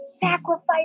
sacrifice